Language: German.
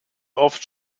oft